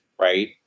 right